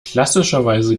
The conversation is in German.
klassischerweise